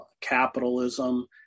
capitalism